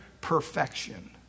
perfection